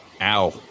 Ow